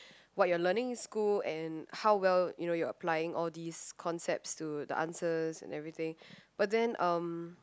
what you're learning in school and how well you know you're applying all these concepts to the answers and everything but then um